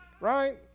right